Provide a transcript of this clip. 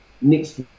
next